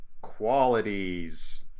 qualities